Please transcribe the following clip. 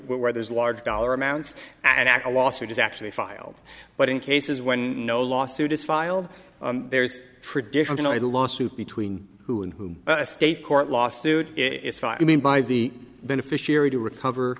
where there's large dollar amounts and act a lawsuit is actually filed but in cases when no lawsuit is filed there's traditionally a lawsuit between who and who a state court lawsuit if i mean by the beneficiary to recover